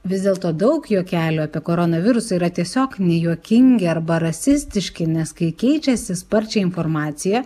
vis dėlto daug juokelių apie koronavirusą yra tiesiog nejuokingi arba rasistiški nes kai keičiasi sparčiai informacija